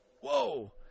whoa